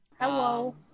hello